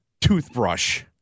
toothbrush